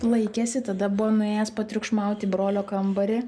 laikėsi tada buvo nuėjęs patriukšmaut į brolio kambarį